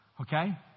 Okay